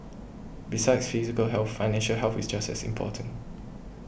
besides physical health financial health is just as important